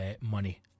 money